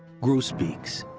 grosbeaks,